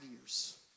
years